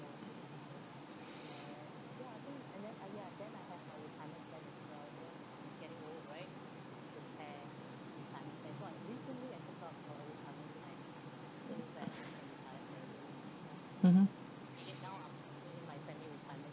mmhmm